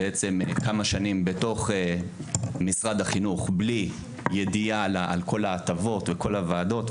כמה שנים בתוך משרד החינוך בלי ידיעה על כל ההטבות וכל הוועדות,